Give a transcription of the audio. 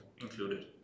included